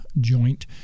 joint